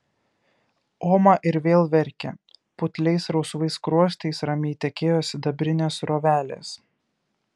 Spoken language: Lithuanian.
oma ir vėl verkė putliais rausvais skruostais ramiai tekėjo sidabrinės srovelės